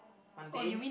one day